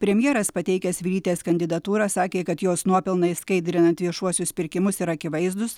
premjeras pateikęs vilytės kandidatūrą sakė kad jos nuopelnai skaidrinant viešuosius pirkimus yra akivaizdūs